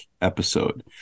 episode